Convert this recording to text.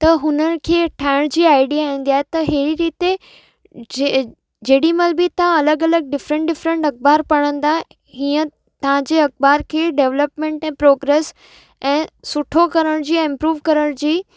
त हुन खे ठाहिण जी आइडिया ईंदी आहे त अहिड़ी रीति जे जेॾी महिल बि तव्हां अलॻि अलॻि डिफ़रेंट डिफ़रेंट अख़बार पढ़ंदा हीअं तव्हांजे अख़बार खे डवलपमेंट ऐं प्रोग्रेस ऐं सुठो करण जी इम्प्रूव करण जी